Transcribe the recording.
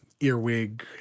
earwig